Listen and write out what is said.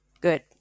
Good